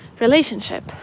relationship